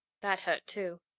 that hurt, too.